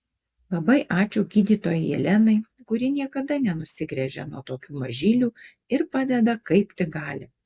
labai ačiū gydytojai jelenai kuri niekada nenusigręžia nuo tokių mažylių ir padeda kaip tik gali